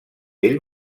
ell